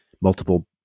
multiple